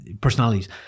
personalities